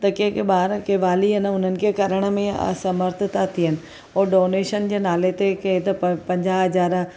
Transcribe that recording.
त की के ॿार के वाली आहिनि न उन्हनि खे करण में असमर्थ था थियनि ऐं डोनेशन जे नाले ते के त प पंजाह हज़ार